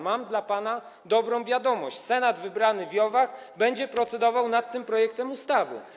Mam dla pana dobrą wiadomość: Senat wybrany w JOW-ach będzie procedował nad tym projektem ustawy.